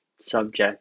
subject